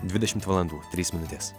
dvidešimt valandų trys minutės